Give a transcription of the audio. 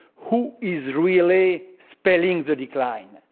who is really spelling the decline?